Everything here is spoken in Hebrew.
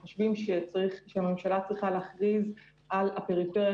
אנחנו חושבים שהממשלה צריכה להכריז על הפריפריה